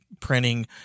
printing